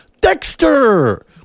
Dexter